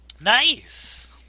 Nice